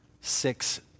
six